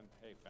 hey